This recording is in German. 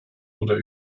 oder